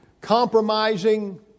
compromising